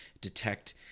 detect